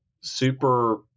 super